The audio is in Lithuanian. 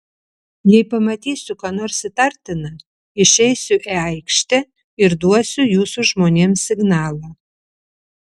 jei pamatysiu ką nors įtartina išeisiu į aikštę ir duosiu jūsų žmonėms signalą